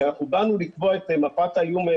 כשאנחנו באנו לקבוע את מפת האיומים,